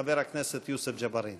חבר הכנסת יוסף ג'בארין.